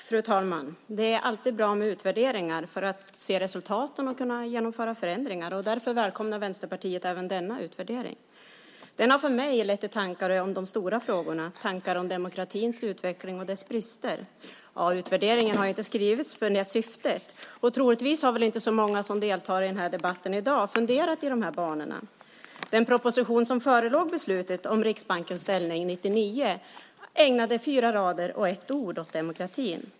Fru talman! Det är alltid bra med utvärderingar, för att se resultaten och kunna genomföra förändringar. Därför välkomnar Vänsterpartiet även denna utvärdering. Den har lett mig till tankar om de stora frågorna, tankar om demokratins utveckling och dess brister. Utvärderingen har inte skrivits med det syftet, och troligtvis har inte så många som deltar i debatten i dag funderat i de banorna. Den proposition som förelåg före beslutet om Riksbankens ställning 1999 ägnade fyra rader och ett ord åt demokratin.